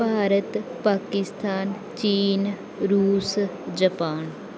ਭਾਰਤ ਪਾਕਿਸਤਾਨ ਚੀਨ ਰੂਸ ਜਾਪਾਨ